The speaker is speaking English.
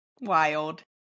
wild